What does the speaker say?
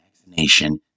vaccination